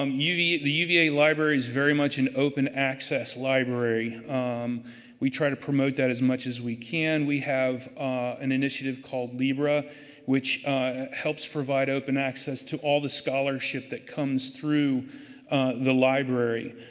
um the uva library is very much an open access library we try to promote that as much as we can. we have an initiative called libra which helps provide open access to all the scholarship that comes through the library.